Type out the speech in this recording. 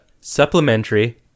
Supplementary